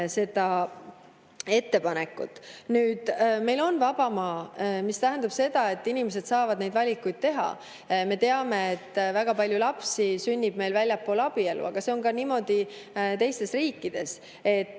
seda ettepanekut. Meil on vaba maa, mis tähendab seda, et inimesed saavad neid valikuid teha. Me teame, et väga palju lapsi sünnib väljaspool abielu. Aga see on nii ka teistes riikides.